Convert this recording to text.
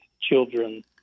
children